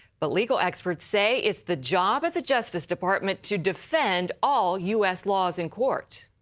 but legal experts say it's the job of the justice department to defend all us laws in court.